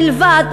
בלבד,